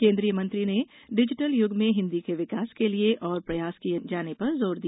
केन्द्रीय मंत्री ने डिजिटल यूग में हिन्दी के विकास के लिए और प्रयास किये जाने पर जोर दिया